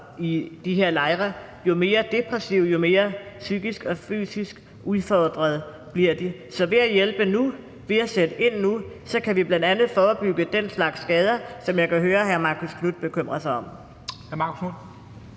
i de her lejre, jo mere depressive og jo mere fysisk og psykisk udfordrede bliver de. Så ved at hjælpe nu og ved at sætte ind nu kan vi bl.a. forebygge den slags skader, som jeg kan høre hr. Marcus Knuth bekymrer sig om.